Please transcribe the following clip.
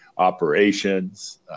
operations